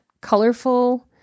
colorful